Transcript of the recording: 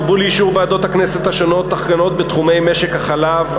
הובאו לאישור ועדות הכנסת השונות תקנות בתחומי משק החלב,